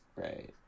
right